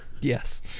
yes